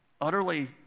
utterly